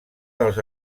dels